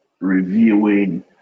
reviewing